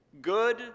Good